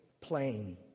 plain